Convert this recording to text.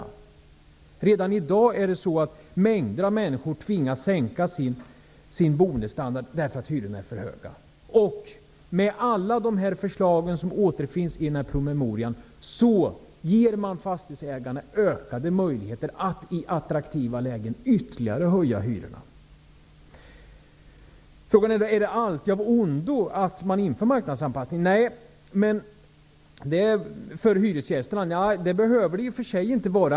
Redan i dag tvingas mängder av människor att sänka sin boendestandard därför att hyrorna är för höga. Med alla de förslag som återfinns i promemorian ger man fastighetsägarna ökade möjligheter att i attraktiva lägen höja hyrorna ytterligare. Är det alltid av ondo för hyresgästerna att man inför marknadsanpassning? Nej, det behöver det i och för sig inte vara.